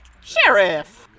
Sheriff